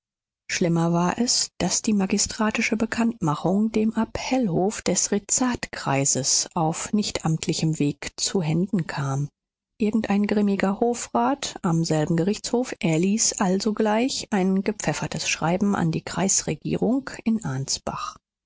schlimmer war es daß die magistratische bekanntmachung dem appellhof des rezatkreises auf nichtamtlichem weg zu händen kam irgendein grimmiger hofrat am selben gerichtshof erließ allsogleich ein gepfeffertes schreiben an die kreisregierung in ansbach